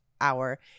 hour